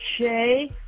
Shay